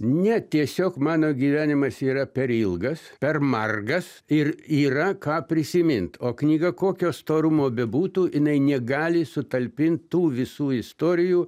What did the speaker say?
ne tiesiog mano gyvenimas yra per ilgas per margas ir yra ką prisimint o knyga kokio storumo bebūtų jinai negali sutalpint tų visų istorijų